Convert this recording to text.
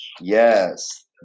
Yes